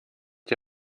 die